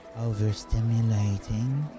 overstimulating